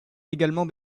également